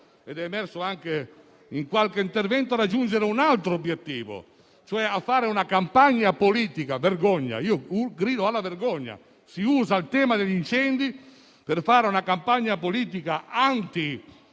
è emerso anche in qualche intervento, a raggiungere un altro obiettivo: fare una campagna politica. Vergogna! Grido alla vergogna, perché si usa il tema degli incendi per fare una campagna politica anti-attività